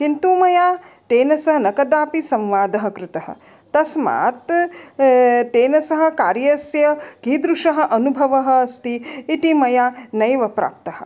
किन्तु मया तेन सह न कदापि संवादः कृतः तस्मात् तेन सह कार्यस्य कीदृशः अनुभवः अस्ति इति मया नैव प्राप्तः